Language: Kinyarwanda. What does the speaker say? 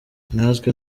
natwe